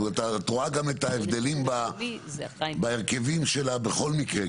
את רואה גם את ההבדלים בהרכבים שלה בכל מקרה,